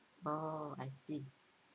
oh I see